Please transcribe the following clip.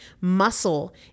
Muscle